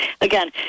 Again